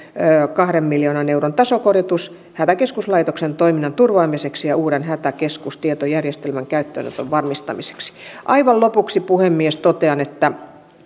kahden miljoonan euron tasokorotus hätäkeskuslaitoksen toiminnan turvaamiseksi ja uuden hätäkeskustietojärjestelmän käyttöönoton varmistamiseksi aivan lopuksi puhemies totean että